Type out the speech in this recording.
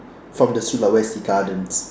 from the sulawesi gardens